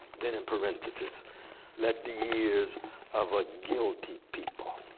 then in parentheses let the ears of a guilty people.